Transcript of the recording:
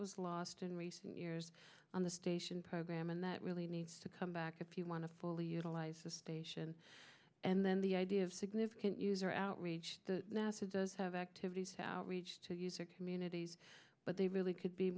was lost in recent years on the station program and that really needs to come back if you want to fully utilize the station and then the idea of significant user outreach the mass of those have activities to outreach to user communities but they really could be